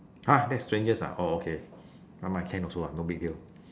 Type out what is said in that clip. !huh! that's strangest ah oh okay never mind can also ah no big deal